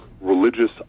religious